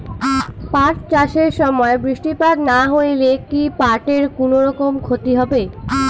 পাট চাষ এর সময় বৃষ্টিপাত না হইলে কি পাট এর কুনোরকম ক্ষতি হয়?